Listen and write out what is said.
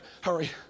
hurry